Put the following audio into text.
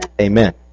Amen